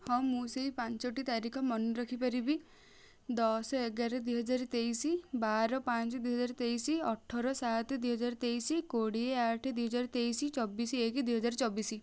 ହଁ ମୁଁ ସେଇ ପାଞ୍ଚଟି ତାରିଖ ମନେ ରଖିପାରିବି ଦଶ ଏଗାର ଦୁଇହଜାର ତେଇଶି ବାର ପଞ୍ଚେ ଦୁଇହଜାର ତେଇଶି ଅଠର ସାତେ ଦୁଇହଜାର ତେଇଶି କୋଡ଼ିଏ ଆଠେ ଦୁଇହଜାର ତେଇଶି ଚବିଶି ଏକେ ଦୁଇହଜାର ଚବିଶି